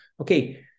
okay